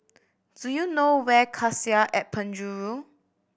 do you know where Cassia at Penjuru